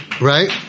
Right